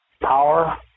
power